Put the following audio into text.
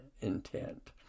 intent